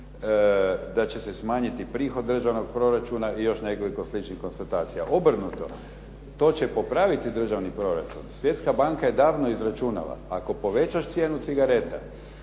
da će se smanjiti prihod državnog proračuna i još nekoliko sličnih konstatacija. Obrnuto. To će popraviti državni proračun. Svjetska banka je davno izračunala, ako povećaš cijenu cigareta